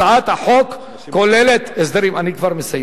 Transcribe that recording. הצעת החוק כוללת הסדרים, אני מבקש, אני כבר מסיים.